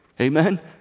Amen